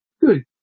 Good